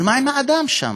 אבל מה עם האדם שם?